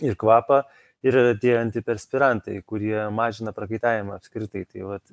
ir kvapą yra tie antiperspirantai kurie mažina prakaitavimą apskritai tai vat